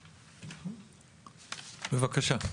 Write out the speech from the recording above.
בבקשה.